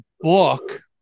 book